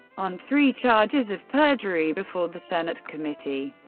on three charges of perjury before the senate committee.